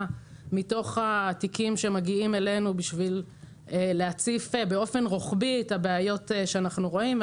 מתוך התיקים שמגיעים אלינו כדי להציף באופן רוחבי את הבעיות שאנחנו רואים,